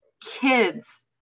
kids